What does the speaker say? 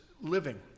living